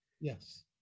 Yes